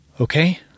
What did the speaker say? Okay